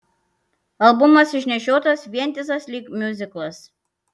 albumas išnešiotas vientisas lyg miuziklas